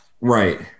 Right